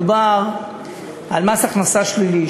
מדובר על מס הכנסה שלילי,